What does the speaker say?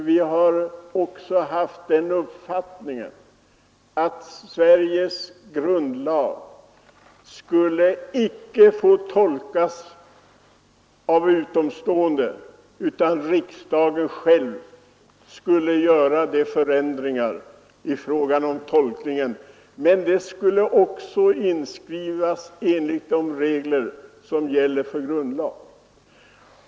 Vi har också haft den uppfattningen att Sveriges grundlag icke skulle få tolkas av utomstående utan riksdagen själv skulle göra de förändringar som var nödvändiga. Men de skulle också inskrivas enligt de regler som gäller för grundlag.